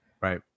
Right